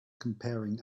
comparing